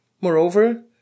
Moreover